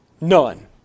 None